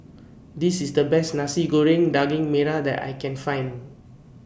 This IS The Best Nasi Goreng Daging Merah that I Can Find